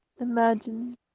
Imagine